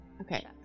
Okay